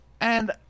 and-